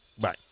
Bye